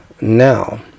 now